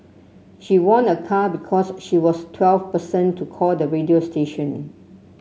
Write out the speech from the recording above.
she won a car because she was the twelfth person to call the radio station